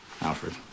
Alfred